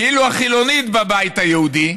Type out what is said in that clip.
כאילו החילונית בבית היהודי,